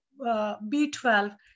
B12